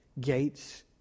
gates